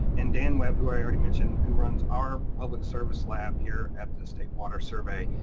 and dan webb who i already mentioned, who runs our public service lab here at the state water survey.